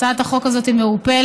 הצעת החוק הזאת מעורפלת.